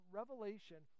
revelation